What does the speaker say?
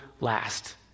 last